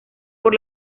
por